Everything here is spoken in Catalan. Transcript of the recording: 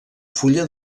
fulla